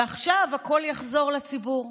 ועכשיו הכול יחזור לציבור,